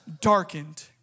darkened